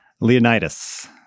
Leonidas